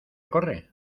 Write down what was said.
corre